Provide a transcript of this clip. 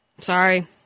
Sorry